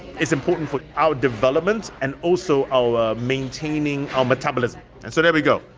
it's important for our development and also our maintaining our metabolism and so there we go.